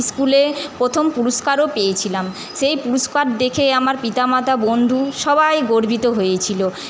স্কুলে প্রথম পুরস্কারও পেয়েছিলাম সেই পুরস্কার দেখে আমার পিতা মাতা বন্ধু সবাই গর্বিত হয়েছিলো